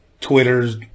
Twitters